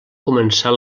començar